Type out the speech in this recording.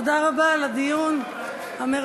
תודה רבה על הדיון המרתק.